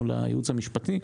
מול הייעוץ המשפטי.